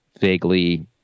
vaguely